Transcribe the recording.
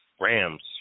Rams